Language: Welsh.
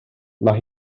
mae